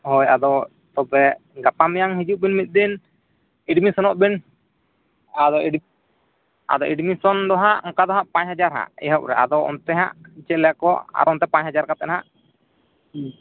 ᱦᱳᱭ ᱟᱫᱚ ᱛᱚᱵᱮ ᱜᱟᱯᱟᱼᱢᱮᱭᱟᱝ ᱦᱤᱡᱩᱜᱵᱮᱱ ᱢᱤᱫ ᱫᱤᱱ ᱮᱰᱢᱤᱥᱚᱱᱚᱜᱵᱤᱱ ᱟᱫᱚ ᱟᱫᱚ ᱮᱰᱢᱤᱥᱚᱱ ᱫᱚ ᱦᱟᱜ ᱚᱱᱟᱠᱫᱚ ᱦᱟᱜ ᱯᱟᱪ ᱦᱟᱡᱟᱨ ᱦᱟᱜ ᱮᱦᱚᱵᱨᱮ ᱟᱫᱚ ᱚᱱᱛᱮᱦᱟᱜ ᱪᱮᱞᱮᱠᱚ ᱯᱟᱪ ᱦᱟᱡᱟᱨ ᱠᱟᱛᱮ ᱦᱟᱜ